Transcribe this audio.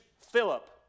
Philip